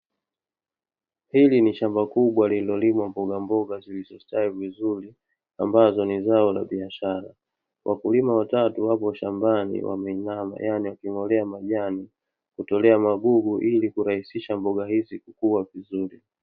Hili ni shamba kubwa, lililolimwa mbogamboga zilizo stawi vizuri, ambayo ni zao la biashara Wakiwa wanangojea majani Ili mboga zistswi vizuri